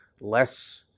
less